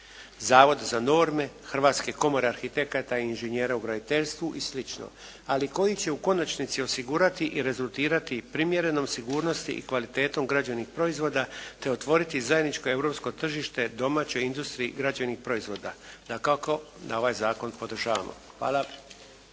Zavod za norme Hrvatske komore arhitekata i inženjera u graditeljstvu i slično, ali koji će u konačnici osigurati i rezultirati primjerenom sigurnosti i kvalitetom građevnih proizvoda te otvoriti zajedničko europsko tržište domaćoj industriji građevnih proizvoda. Dakako da ovaj zakon podržavamo. Hvala.